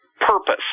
purpose